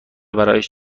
برایش